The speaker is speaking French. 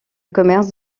commerce